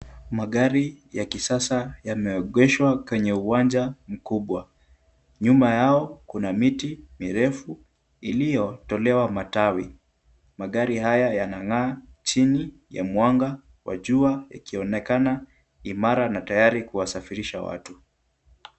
Magari ya kisasa yameegeshwa kwenye uwanja mkubwa. Nyuma yao kuna miti mirefu iliyotolewa matawi. Magari haya yanang'aa chini ya mwanga wa jua, ikionekana imara na tayari kuwasafirisha watu.